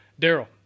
Daryl